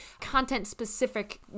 content-specific